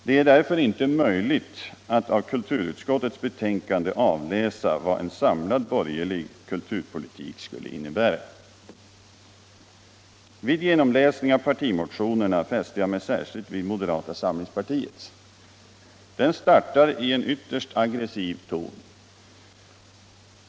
Det är därför inte möjligt att av kulturutskottets betänkande avläsa vad en samlad borgerlig kulturpolitik skulle innebära. Vid genomläsning av partimotionerna fäste jag mig särskilt vid moderata samlingspartiets. Den startar i en mycket aggressiv ton.